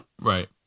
right